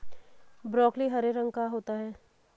broccoli हरे रंग का होता है